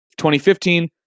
2015